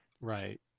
Right